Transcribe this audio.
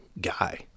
guy